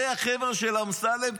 זה החבר'ה של אמסלם.